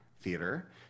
theater